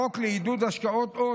החוק לעידוד השקעות הון,